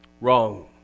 Wrong